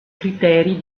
criteri